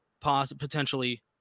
potentially